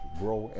grow